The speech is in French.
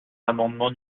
l’amendement